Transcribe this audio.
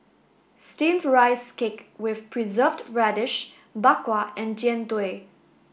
steamed rice cake with preserved radish Bak Kwa and Jian Dui